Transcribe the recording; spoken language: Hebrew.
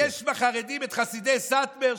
יש בחרדים את חסידי סאטמר,